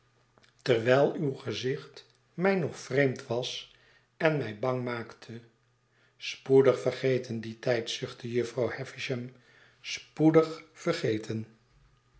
terwijl uw gezicht mij nog vreemd was en mij bang maakte spoedig vergeten die tijd zuchtte jufvrouw havisham spoedig vergeten